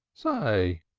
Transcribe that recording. say,